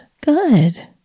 Good